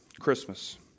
Christmas